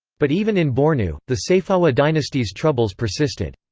but even in bornu, the sayfawa dynasty's troubles persisted.